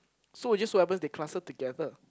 so it's just so happens they cluster together